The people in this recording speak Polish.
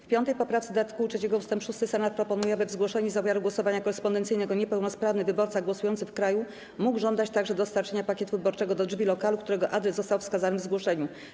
W 5. poprawce do art. 3 ust. 6 Senat proponuje, aby w zgłoszeniu zamiaru głosowania korespondencyjnego niepełnosprawny wyborca głosujący w kraju mógł żądać także dostarczenia pakietu wyborczego do drzwi lokalu, którego adres został wskazany w zgłoszeniu.